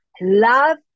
love